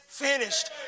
finished